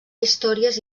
històries